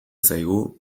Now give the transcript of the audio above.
zaigu